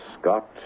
Scott